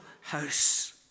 house